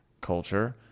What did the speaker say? culture